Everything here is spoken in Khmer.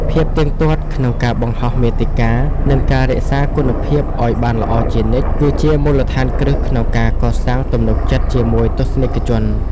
ភាពទៀងទាត់ក្នុងការបង្ហោះមាតិកា និងការរក្សាគុណភាពឱ្យបានល្អជានិច្ច គឺជាមូលដ្ឋានគ្រឹះក្នុងការកសាងទំនុកចិត្តជាមួយទស្សនិកជន។